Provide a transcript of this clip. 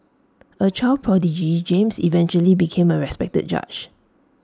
A child prodigy James eventually became A respected judge